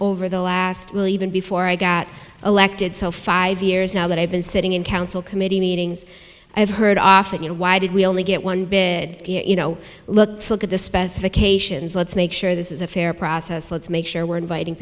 over the last really even before i got elected so five years now that i've been sitting in council committee meetings i've heard often you know why did we only get one bid you know look at the specifications let's make sure this is a fair process let's make sure we're inviting